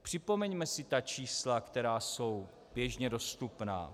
Připomeňme si čísla, která jsou běžně dostupná.